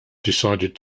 decided